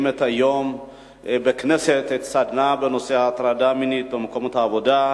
היום סדנה בנושא הטרדה מינית במקומות העבודה,